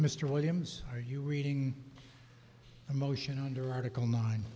mr williams are you reading a motion under article nine